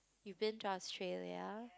you've been to Australia